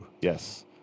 yes